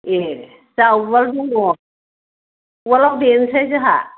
एह जोंहा उवाल दङ उवालाव देनोसै जोंहा